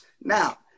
Now